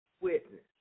witness